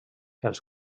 els